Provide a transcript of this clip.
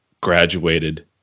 graduated